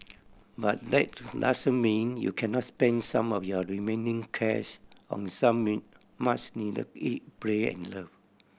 but that do mean you cannot spend some of your remaining cash on some much needed eat pray and love